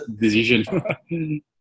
decision